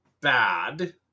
bad